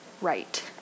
right